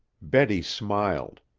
betty smiled.